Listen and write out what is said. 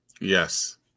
Yes